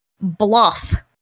Bluff